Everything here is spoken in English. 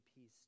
peace